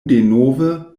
denove